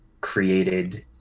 created